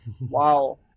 wow